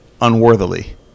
unworthily